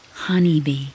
Honeybee